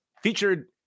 featured